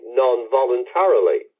non-voluntarily